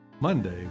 Monday